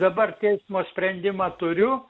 dabar teismo sprendimą turiu